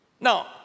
Now